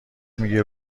میگیره